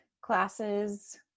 classes